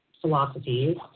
philosophies